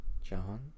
John